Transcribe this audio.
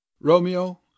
romeo